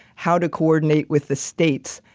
how to coordinate with the state's,